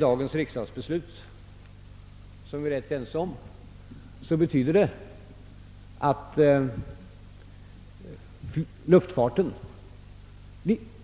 Dagens riks dagsbeslut, som vi är rätt ense om, betyder att luftfartsverket